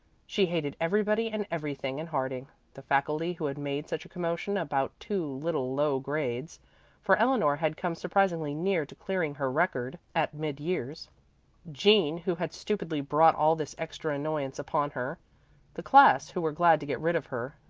she hated everybody and everything in harding the faculty who had made such a commotion about two little low grades for eleanor had come surprisingly near to clearing her record at mid-years jean, who had stupidly brought all this extra annoyance upon her the class, who were glad to get rid of her,